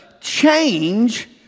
change